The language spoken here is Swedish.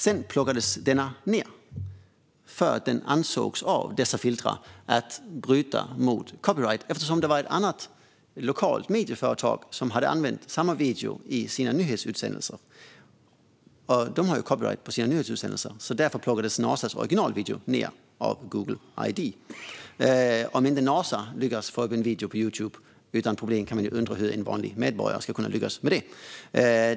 Sedan plockades denna ned, för den ansågs av dessa filter bryta mot copyright eftersom det var ett lokalt medieföretag som hade använt samma video i sina nyhetssändningar. De har ju copyright på sina nyhetssändningar, så därför plockades NASA:s originalvideo ned av Google ID. Om inte NASA lyckas få ut en video på Youtube utan problem kan man ju undra hur en vanlig medborgare ska lyckas med det.